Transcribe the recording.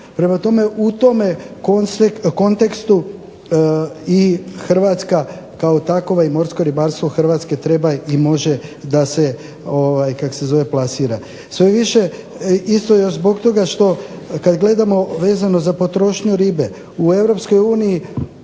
Prema tome, u tome kontekstu i hrvatska kao takova i morsko ribarstvo Hrvatske treba i može da se plasira. Sve više isto još zbog toga što kad gledamo vezano za potrošnju ribe. U